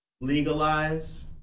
legalize